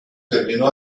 terminó